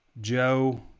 Joe